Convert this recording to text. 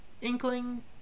Inkling